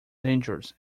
dangerous